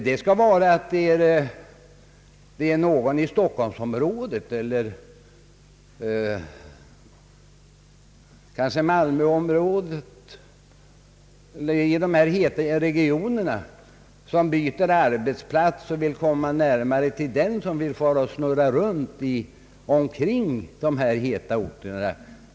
Det skulle i så fall gälla någon i Stockholmsområdet eller kanske Malmöområdet el ler någon annan av de heta regionerna som byter arbetsplats och flyttar ifrån någon av dessa orter.